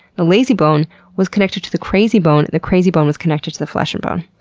the layzie bone was connected to the krayzie bone the krayzie bone was connected to the flesh-n-bone.